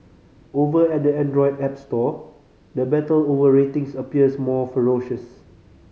over at the Android app store the battle over ratings appears more ferocious